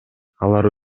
алар